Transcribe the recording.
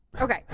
Okay